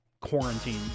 quarantine